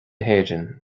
héireann